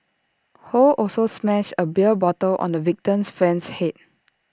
ho also smashed A beer bottle on the victim's friend's Head